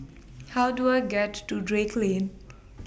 How Do I get to Drake Lane